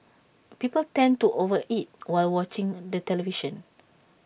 people tend to over eat while watching the television